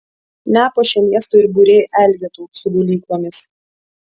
nepuošia miesto ir būriai elgetų su gulyklomis